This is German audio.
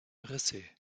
risse